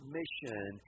mission